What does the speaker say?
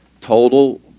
Total